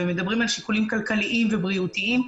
ומדברים על שיקולים כלכליים ובריאותיים,